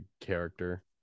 character